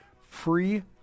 free